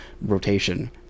rotation